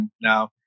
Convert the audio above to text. now